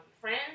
Friends